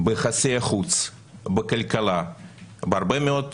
ביחסי החוץ, בכלכלה, בהרבה מאוד